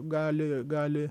gali gali